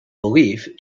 belief